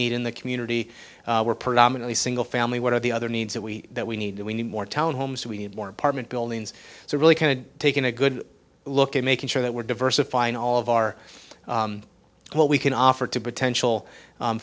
need in the community we're predominantly single family what are the other needs that we that we need we need more town homes we need more apartment buildings so really kind of taking a good look at making sure that we're diversifying all of our what we can offer to potential